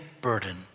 burden